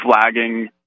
flagging